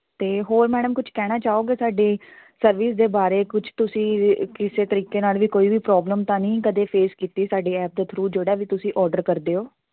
ਅਤੇ ਹੋਰ ਮੈਡਮ ਕੁਛ ਕਹਿਣਾ ਚਾਹੋਗੇ ਸਾਡੀ ਸਰਵਿਸ ਦੇ ਬਾਰੇ ਕੁਛ ਤੁਸੀਂ ਕਿਸੇ ਤਰੀਕੇ ਨਾਲ ਵੀ ਕੋਈ ਵੀ ਪ੍ਰੋਬਲਮ ਤਾਂ ਨਹੀਂ ਕਦੇ ਫੇਸ ਕੀਤੀ ਸਾਡੇ ਐਪ ਦੇ ਥਰੂ ਜਿਹੜਾ ਵੀ ਤੁਸੀਂ ਔਡਰ ਕਰਦੇ ਹੋ